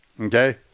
Okay